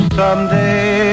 someday